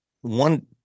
one